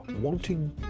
wanting